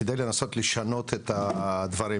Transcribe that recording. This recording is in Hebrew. כדי לנסות לשנות את הדברים.